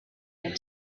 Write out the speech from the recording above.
and